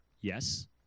Yes